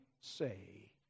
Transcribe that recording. say